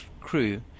crew